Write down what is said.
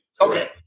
Okay